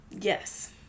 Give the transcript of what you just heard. Yes